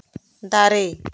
ᱫᱟᱨᱮ